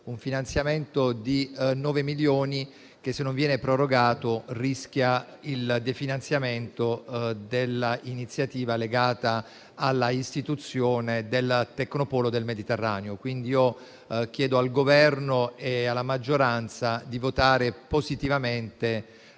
un finanziamento di 9 milioni che, qualora non venga prorogato, rischia di far saltare l'iniziativa legata all'istituzione del Tecnopolo Mediterraneo. Chiedo quindi al Governo e alla maggioranza di votare positivamente